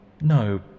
No